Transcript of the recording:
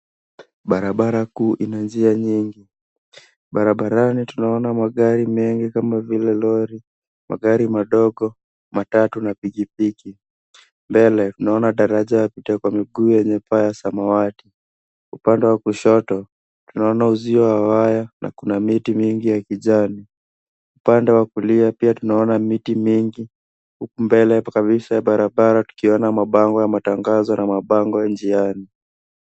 Barabara kuu ina njia nyingi. Barabarani tunaona magari mengi kama vile lori, magari madogo, matatu na pikipiki. Mbele, naona daraja yawapita kwa miguu yenye paa ya samawati. Upande wa kushoto, tunaona uzio wa waya na kuna miti mingi ya kijani. Upande wa kulia pia tunaona miti mingi, huku mbele kabisa barabara tukiona mabango ya matangazo na mapango ya njiani.